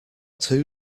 two